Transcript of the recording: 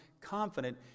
confident